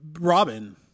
Robin